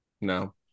No